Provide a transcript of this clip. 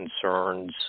concerns